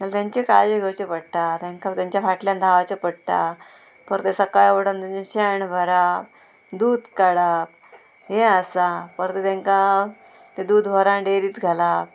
जाल्यार तेंची काळजी घेवचे पडटा तेंकां तेंच्या फाटल्यान धांवचें पडटा परतें सकाळीं उडोवन तेंचें शेण भरप दूद काडप हें आसा परतें तेंकां तें दूद व्हरोन डेरींत घालप